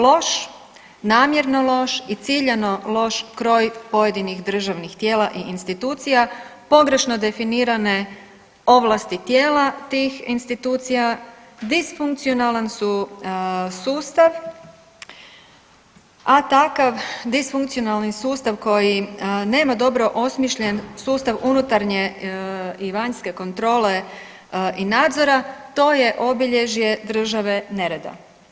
Loš, namjerno loš i ciljano loš kroj pojedinih državnih tijela i institucija, pogrešno definirane ovlasti tijela tih institucija, disfunkcionalan su sustav, a takav disfunkcionalni sustav koji nema dobro osmišljen sustav unutarnje i vanjske kontrole i nadzora to je obilježje države nereda.